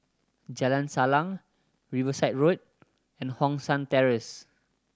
Jalan Salang Riverside Road and Hong San Terrace